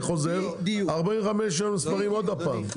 אני חוזר ו-45 הימים נספרים עוד פעם.